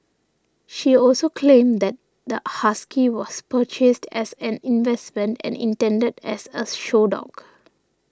she also claimed that the husky was purchased as an investment and intended as a show dog